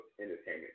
entertainment